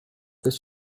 this